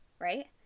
right